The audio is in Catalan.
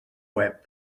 web